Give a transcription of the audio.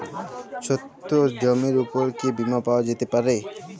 ছোট জমির উপর কি বীমা পাওয়া যেতে পারে?